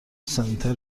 سنتر